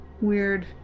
weird